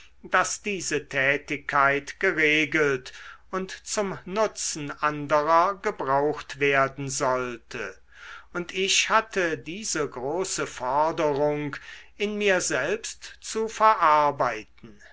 daß diese tätigkeit geregelt und zum nutzen anderer gebraucht werden sollte und ich hatte diese große forderung in mir selbst zu verarbeiten